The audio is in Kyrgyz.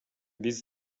биз